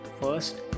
first